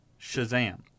Shazam